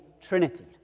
Trinity